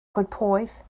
coedpoeth